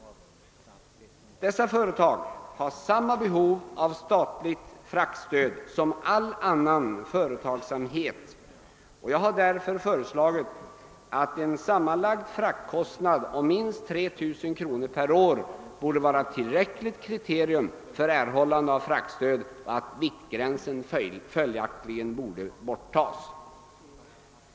Dessa företag har samma behov av statligt fraktstöd som all annan företagsamhet, och jag har därför föreslagit att en sammanlagd fraktkostnad om minst 3 000 kr. per år borde vara tillräckligt kriterium för erhållande av fraktstöd och att viktgränsen följaktligen borde borttagas.